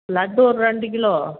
லட்டு ஒரு ரெண்டு கிலோ